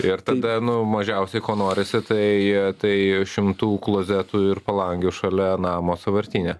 ir tada nu mažiausiai ko norisi tai tai šimtų klozetų ir palangių šalia namo sąvartyne